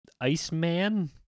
Iceman